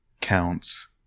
counts